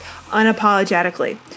unapologetically